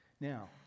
Now